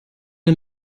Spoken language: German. den